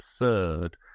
absurd